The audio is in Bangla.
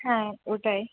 হ্যাঁ ওটাই